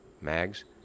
mags